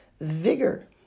vigor